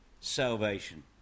salvation